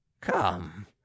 come